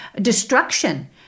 destruction